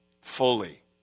fully